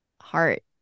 heart